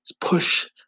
push